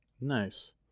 nice